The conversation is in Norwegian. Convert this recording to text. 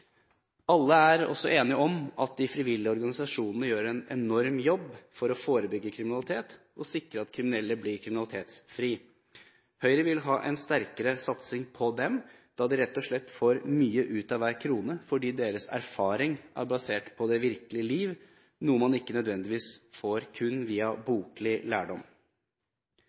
Alle er også enige om at de frivillige organisasjonene gjør en enorm jobb for å forebygge kriminalitet og sikre at kriminelle blir kriminalitetsfri. Høyre vil ha en sterkere satsing på dem, da de rett og slett får mye ut av hver krone fordi deres erfaring er basert på det virkelige liv, noe man ikke nødvendigvis får kun via boklig lærdom.